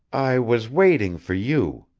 i was waiting for you,